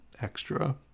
extra